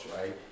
right